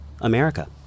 America